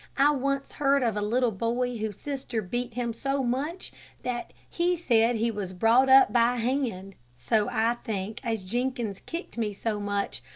i once heard of a little boy whose sister beat him so much that he said he was brought up by hand so i think as jenkins kicked me so much,